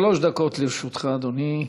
שלוש דקות לרשותך, אדוני.